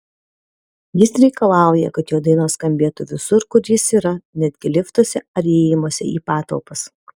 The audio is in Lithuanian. jis reikalauja kad jo dainos skambėtų visur kur jis yra netgi liftuose ar įėjimuose į patalpas